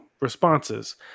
responses